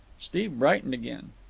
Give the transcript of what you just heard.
steve brightened again.